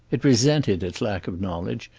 it resented its lack of knowledge,